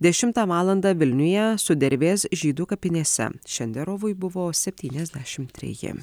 dešimtą valandą vilniuje sudervės žydų kapinėse šenderovui buvo septyniasdešimt treji